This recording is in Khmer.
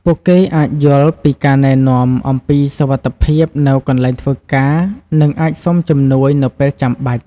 ពួកគេអាចយល់ពីការណែនាំអំពីសុវត្ថិភាពនៅកន្លែងធ្វើការ និងអាចសុំជំនួយនៅពេលចាំបាច់។